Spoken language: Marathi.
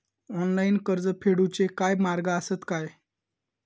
ऑनलाईन कर्ज फेडूचे काय मार्ग आसत काय?